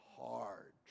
hard